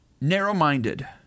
narrow-minded